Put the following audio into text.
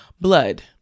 blood